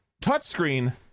touchscreen